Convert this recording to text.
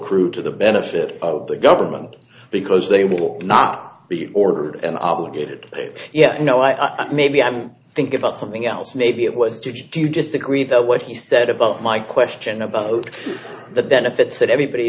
accrue to the benefit of the government because they will not be ordered and obligated yet no i maybe i'm thinking about something else maybe it was judged do you disagree that what he said about my question about the benefits that everybody